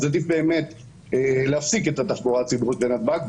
אז עדיף באמת להפסיק את התחבורה הציבורית מנתב"ג,